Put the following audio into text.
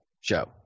show